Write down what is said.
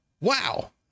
Wow